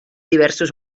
diversos